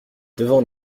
devant